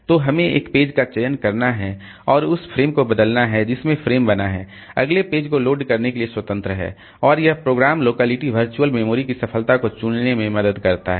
तो हमें एक पेज का चयन करना है और उस फ्रेम को बदलना है जिससे फ्रेम बना है अगले पेज को लोड करने के लिए स्वतंत्र है और यह प्रोग्राम लोकलिटी वर्चुअल मेमोरी की सफलता को चुनने में मदद करता है